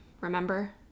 remember